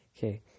Okay